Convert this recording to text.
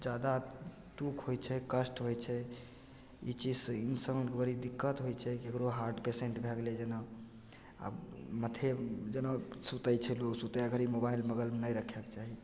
जादा टूट होइ छै कष्ट होइ छै ई चीज इन्सानके बड़ी दिक्कत होइ छै ककरो हार्ट पेशेन्ट भै गेलै जेना आओर माथे जेना सुतै छै लोक सुतै घड़ी मोबाइल बगलमे नहि रखैके चाही